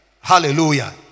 Hallelujah